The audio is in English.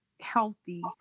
healthy